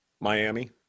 Miami